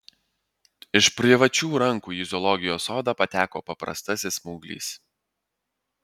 iš privačių rankų į zoologijos sodą pateko paprastasis smauglys